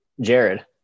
Jared